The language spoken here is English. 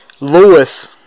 Lewis